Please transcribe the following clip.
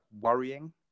worrying